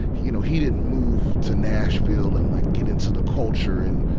you know, he didn't move to nashville and like give in to the culture and,